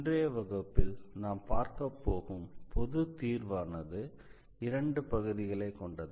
இன்றைய வகுப்பில் நாம் பார்க்கப் போகும் பொது தீர்வானது இரண்டு பகுதிகளைக் கொண்டது